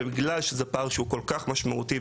אבל בגלל שזה פער שהוא כל כך משמעותי,